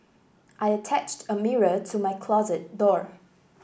I attached a mirror to my closet door